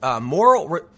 moral